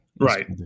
Right